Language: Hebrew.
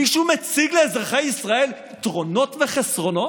מישהו מציג לאזרחי ישראל יתרונות וחסרונות?